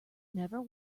never